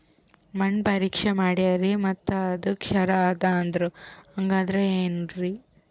ಮಣ್ಣ ಪರೀಕ್ಷಾ ಮಾಡ್ಯಾರ್ರಿ ಮತ್ತ ಅದು ಕ್ಷಾರ ಅದ ಅಂದ್ರು, ಹಂಗದ್ರ ಏನು?